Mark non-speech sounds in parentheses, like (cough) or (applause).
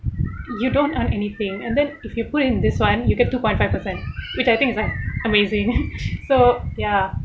you don't earn anything and then if you put in this one you got two point five percent which I think like amazing (laughs) so ya